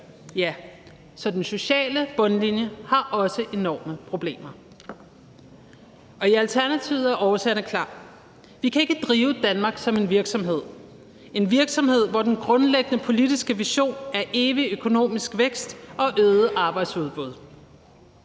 Så den sociale bundlinje har også enorme problemer. Kl. 20:27 I Alternativet er årsagerne klare. Vi kan ikke drive Danmark som en virksomhed – en virksomhed, hvor den grundlæggende politiske vision er evig økonomisk vækst og øget arbejdsudbud.